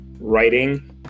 writing